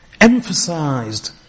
emphasized